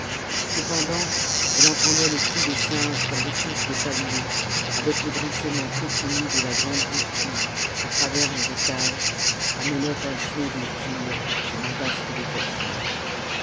cependant elle entendait le cri des singes dans les touffes des palmiers avec le grincement continu de la grande roue qui à travers les étages amenait un flot d'eau pure dans la vasque de